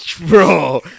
bro